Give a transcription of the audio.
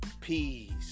Peace